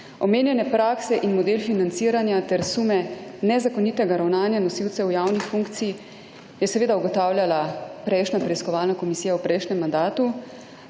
Omenjene prakse in model financiranja ter sume nezakonitega ravnanja nosilcev javnih funkcij je seveda ugotavljala prejšnja preiskovalna komisija v prejšnjem mandatu,